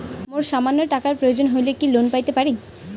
মোর সামান্য টাকার প্রয়োজন হইলে কি লোন পাইতে পারি?